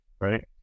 right